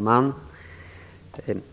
Fru talman!